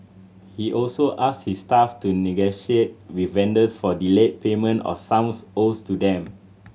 he also asked his staff to negotiate with vendors for delayed payment of sums owed to them